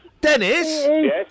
Dennis